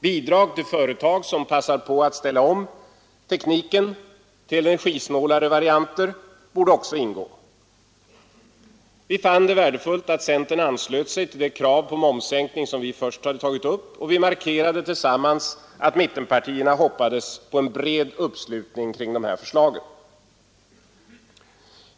Bidrag till företag som passar på att ställa om tekniken till energisnålare varianter borde också ingå. Vi fann det värdefullt att centern anslöt sig till det krav på momssänkning som vi först hade tagit upp, och vi markerade tillsammans att mittenpartierna hoppades på en bred uppslutning kring de här förslagen.